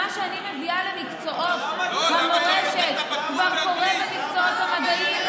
אתה יודע שמה שאני מביאה למקצועות המורשת כבר קורה במקצועות המדעים,